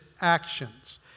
actions